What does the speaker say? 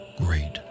Great